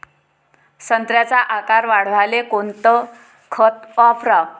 संत्र्याचा आकार वाढवाले कोणतं खत वापराव?